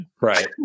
Right